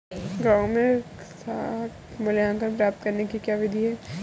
गाँवों में साख मूल्यांकन प्राप्त करने की क्या विधि है?